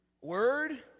Word